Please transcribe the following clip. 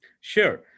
Sure